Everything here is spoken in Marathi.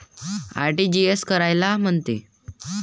आर.टी.जी.एस कायले म्हनते?